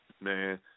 Man